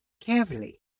carefully